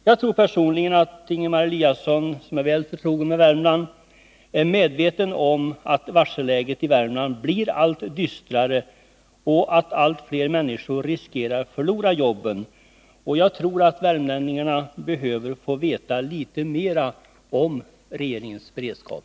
Jag tror personligen att Ingemar Eliasson, som är väl förtrogen med Värmland, är medveten om att varselläget i Värmland blir allt dystrare och att allt fler människor riskerar att förlora jobben. Och jag tror att värmlänningarna behöver få veta litet mer om regeringens beredskap.